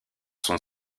sont